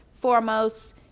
foremost